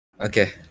Okay